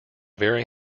very